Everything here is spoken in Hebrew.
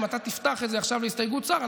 אם אתה תפתח את זה עכשיו להסתייגות שר,